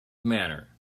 manner